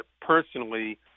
personally